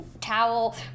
towel